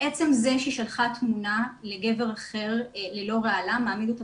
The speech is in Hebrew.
עצם זה שהיא שלחה תמונה לגבר אחר ללא רעלה מעמיד אותה